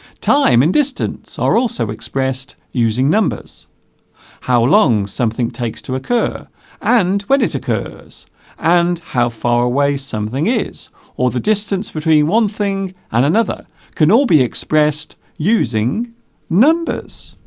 time and distance are also expressed using numbers how long something takes to occur and when it occurs and how far away something is or the distance between one thing and another can all be expressed using numbers